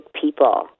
people